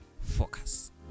Focus